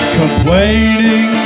complaining